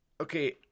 okay